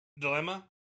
dilemma